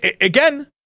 again